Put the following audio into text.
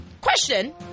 Question